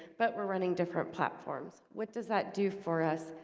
but we're running different platforms. what does that do for us?